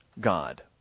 God